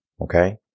Okay